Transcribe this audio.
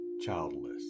childless